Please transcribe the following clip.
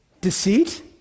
deceit